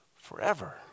forever